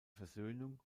versöhnung